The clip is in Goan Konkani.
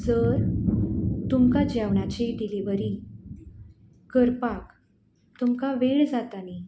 जर तुमकां जेवणाची डिलीवरी करपाक तुमकां वेळ जाता न्ही